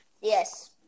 Yes